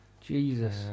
Jesus